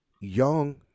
Young